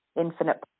infinite